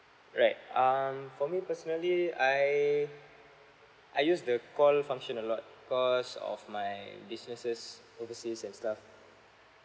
right um for me personally I I use the call function a lot because of my businesses overseas and stuff